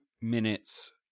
minutes